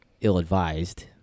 ill-advised